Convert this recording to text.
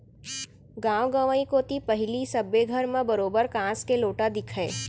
गॉंव गंवई कोती पहिली सबे घर म बरोबर कांस के लोटा दिखय